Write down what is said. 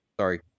sorry